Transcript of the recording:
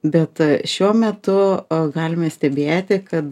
bet šiuo metu galime stebėti kad